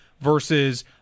versus